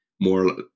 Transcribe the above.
more